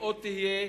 ועוד תהיה,